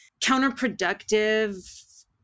counterproductive